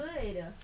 good